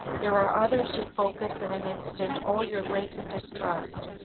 there are others who focus in an instant all your latent distrust,